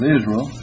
Israel